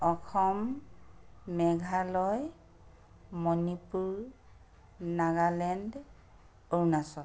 Assam Meghalaya Manipur Nagaland Arunachal